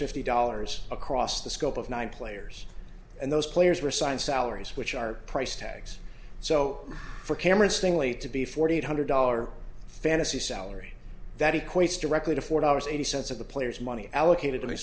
fifty dollars across the scope of nine players and those players were assigned salaries which are price tags so for cameras thing only to be forty eight hundred dollars fantasy salary that equates directly to four dollars eighty cents of the players money allocated to